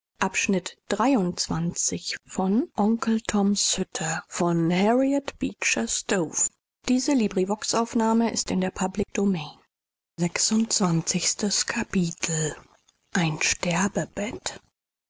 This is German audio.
achtes kapitel ein